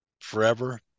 forever